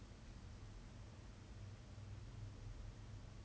be more defensive if I guess I guess if I put it that way